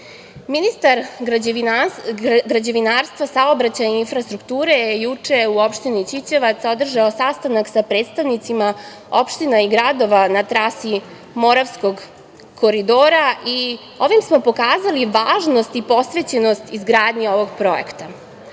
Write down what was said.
11.Ministar građevinarstva, saobraćaja i infrastrukture je juče u opštini Ćićevac, održao sastanak sa predstavnicima opština i gradova na trasi Moravskog koridora i ovim smo pokazali važnost i posvećenost izgradnji ovog projekta.